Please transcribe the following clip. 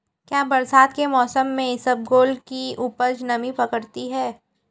क्या बरसात के मौसम में इसबगोल की उपज नमी पकड़ती है?